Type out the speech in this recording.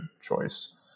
choice